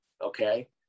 okay